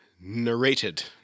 Narrated